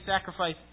sacrifice